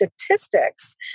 statistics